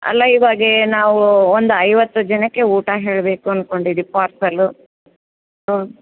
ಅಲ್ಲ ಇವಾಗ ನಾವು ಒಂದು ಐವತ್ತು ಜನಕ್ಕೆ ಊಟ ಹೇಳಬೇಕು ಅನ್ಕೊಂಡಿದಿವಿ ಪಾರ್ಸಲ್ಲು ಹ್ಞೂ